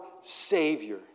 Savior